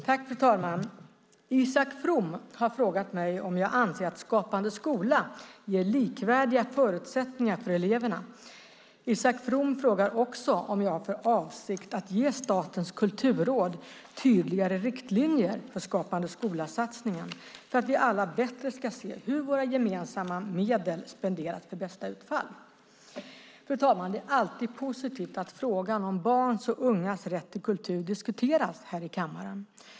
Fru talman! Isak From har frågat mig om jag anser att Skapande skola ger likvärdiga förutsättningar för eleverna. Isak From frågar också om jag har för avsikt att ge Statens kulturråd tydligare riktlinjer för Skapande skola-satsningen, för att vi alla bättre ska se hur våra gemensamma medel spenderas för bästa utfall. Fru talman! Det är alltid positivt att frågan om barns och ungas rätt till kultur diskuteras här i kammaren.